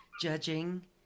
Judging